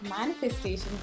manifestation